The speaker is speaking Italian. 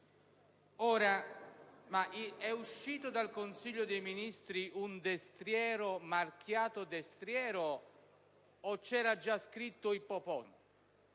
Ora, è uscito dal Consiglio dei ministri un destriero marchiato «destriero» o c'era già scritto «ippopotamo»?